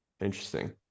interesting